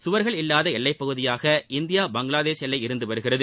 சுவர்கள் இல்லாத எல்லைப் பகுதியாக இந்தியா பங்களாதேஷ் எல்லை இருந்து வருகிறது